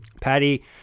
Patty